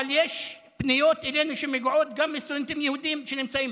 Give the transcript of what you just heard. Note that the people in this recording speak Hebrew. אבל יש פניות אלינו שמגיעות גם מסטודנטים יהודים שנמצאים